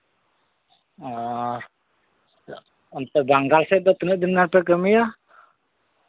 ᱚᱱᱛᱮ ᱵᱟᱝᱜᱟᱞ ᱥᱮᱫ ᱫᱚ ᱛᱤᱱᱟᱹᱜ ᱫᱤᱱ ᱜᱟᱱ ᱯᱮ ᱠᱟᱹᱢᱤᱭᱟ